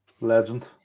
Legend